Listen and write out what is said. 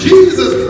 Jesus